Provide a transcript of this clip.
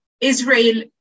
Israel